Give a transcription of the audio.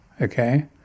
okay